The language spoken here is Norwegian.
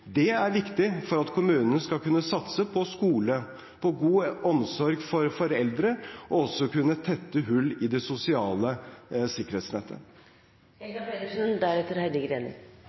Det er viktig for at kommunene skal kunne satse på skole, på god omsorg for eldre og på å kunne tette hull i det sosiale